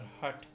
hut